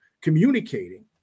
communicating